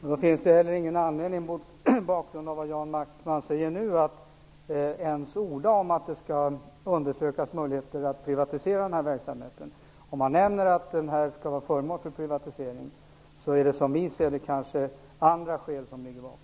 Herr talman! Mot bakgrund av vad Jan Backman säger finns det inte heller någon anledning att ens orda om att undersöka möjligheterna att privatisera den här verksamheten. Om man nämner att verksamheten skall vara föremål för privatisering anser vi att det kanske är andra skäl som ligger bakom.